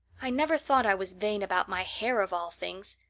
i never thought i was vain about my hair, of all things,